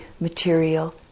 material